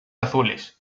azules